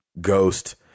ghost